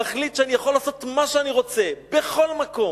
מחליט שאני יכול לעשות מה שאני רוצה בכל מקום,